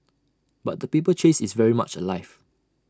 but the paper chase is very much alive